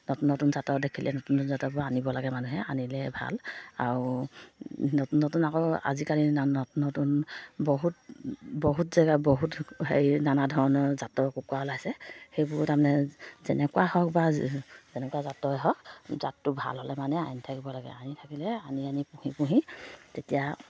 নতুন নতুন জাতৰ দেখিলে নতুন নতুন জাতৰ পৰা আনিব লাগে মানুহে আনিলে ভাল আৰু নতুন নতুন আকৌ আজিকালি নতুন নতুন বহুত বহুত জেগা বহুত হেৰি নানা ধৰণৰ জাতৰ কুকুৰা ওলাইছে সেইবোৰ তাৰমানে যেনেকুৱা হওক বা যেনেকুৱা জাতৰেই হওক জাতটো ভাল হ'লে মানে আনি থাকিব লাগে আনি থাকিলে আনি আনি পুহি পুহি তেতিয়া